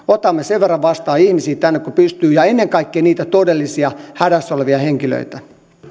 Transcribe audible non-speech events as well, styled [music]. [unintelligible] otamme sen verran vastaan ihmisiä tänne kuin pystymme ja ennen kaikkea niitä todellisia hädässä olevia henkilöitä